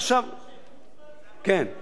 כן, כן, ודאי.